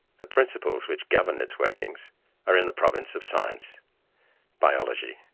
the principles, which govern its workings are in the province of science biology,